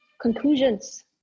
conclusions